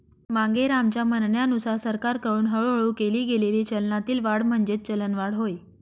मांगेरामच्या म्हणण्यानुसार सरकारकडून हळूहळू केली गेलेली चलनातील वाढ म्हणजेच चलनवाढ होय